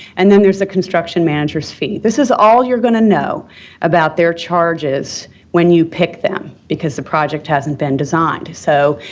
and then there's the construction manager's fee. this is all you're going to know about their charges when you pick them because the project hasn't been designed. so,